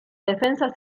defensa